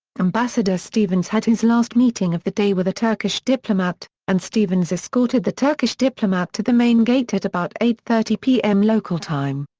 ambassador stevens had his last meeting of the day with a turkish diplomat, and stevens escorted the turkish diplomat to the main gate at about eight thirty pm local time.